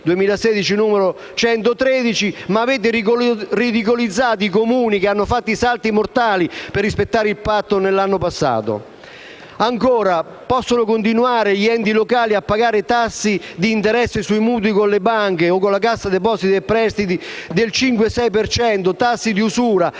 2016, n. 113), ma avete ridicolizzato i Comuni, che hanno fatto salti mortali per rispettare il Patto nell'anno passato. Possono continuare gli enti locali a pagare tassi di interesse sui mutui con le banche o con la Cassa depositi e prestiti del 5-6 per cento (tassi di usura),